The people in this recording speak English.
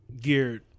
geared